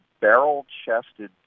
barrel-chested